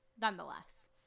nonetheless